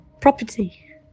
property